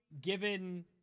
given